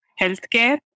healthcare